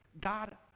God